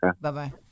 bye-bye